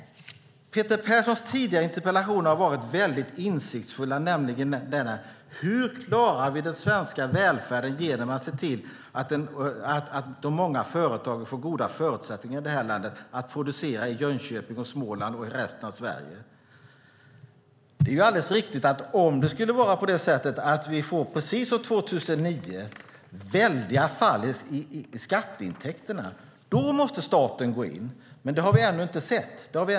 Peter Perssons tidigare interpellationer har varit mycket insiktsfulla, nämligen: Hur klarar vi den svenska välfärden genom att se till att de många företagen får goda förutsättningar i detta land att producera i Jönköping i Småland och i resten av Sverige. Det är alldeles riktigt att om det skulle vara på det sättet att vi precis som 2009 får mycket stora fall i fråga om skatteintäkterna, då måste staten gå in. Men det har vi ännu inte sett.